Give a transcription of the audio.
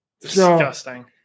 disgusting